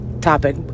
topic